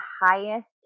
highest